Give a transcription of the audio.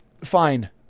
fine